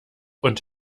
und